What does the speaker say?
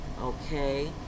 okay